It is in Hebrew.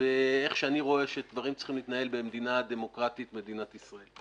באיך שאני רואה שהדברים צריכים להתנהל במדינת ישראל הדמוקרטית.